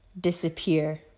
disappear